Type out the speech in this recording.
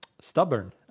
stubborn